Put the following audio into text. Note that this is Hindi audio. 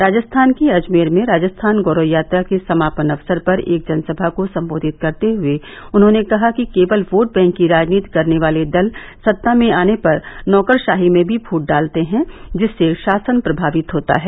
राजस्थान के अजमेर में राजस्थान गौरव यात्रा के समापन अवसर पर एक जनसभा को सम्बोधित करते हुए उन्होंने कहा कि केवल वोट बैंक की राजनीति करने वाले दल सत्ता में आने पर नौकरशाही में भी फूट डालते है जिससे शासन प्रभावित होता है